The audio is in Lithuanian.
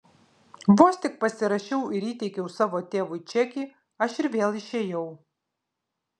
vos tik pasirašiau ir įteikiau savo tėvui čekį aš ir vėl išėjau